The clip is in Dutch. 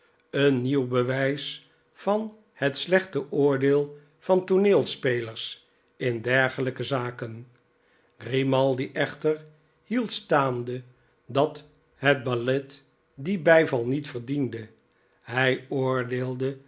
een nieuw bewijs van het slechte oordeel van tooneelspelers in dergelijke zaken grimaldi echter hield staande dat het ballet dien bijval niet verdiende hi oordeelde